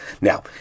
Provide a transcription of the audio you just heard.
Now